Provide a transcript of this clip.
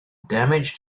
damage